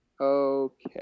Okay